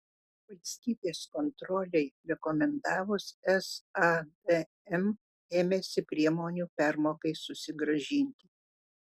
valstybės kontrolei rekomendavus sadm ėmėsi priemonių permokai susigrąžinti